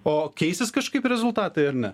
o keisis kažkaip rezultatai ar ne